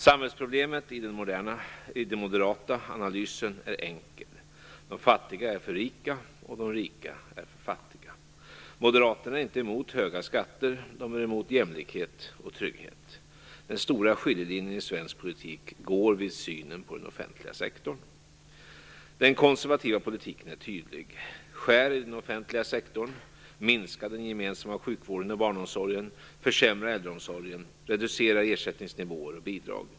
Samhällsproblemet i den moderata analysen är enkel: de fattiga är för rika och de rika är för fattiga. Moderaterna är inte emot höga skatter - de är emot jämlikhet och trygghet. Den stora skiljelinjen i svensk politik går vid synen på den offentliga sektorn. Den konservativa politiken är tydlig: Skär i den offentliga sektorn, minska den gemensamma sjukvården och barnomsorgen, försämra äldreomsorgen, reducera ersättningsnivåer och bidrag.